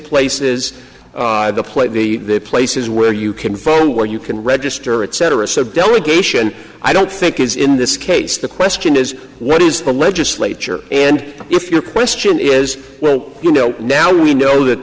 places the plate the places where you can phone where you can register etc so delegation i don't think is in this case the question is what is the legislature and if your question is well you know now we know that